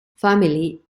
family